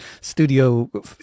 studio